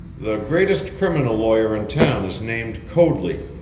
the greatest criminal lawyer in town is named coadley.